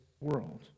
world